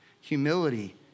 humility